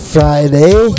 Friday